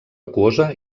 aquosa